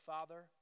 Father